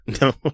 No